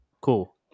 cool